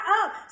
up